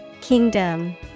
Kingdom